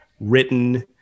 written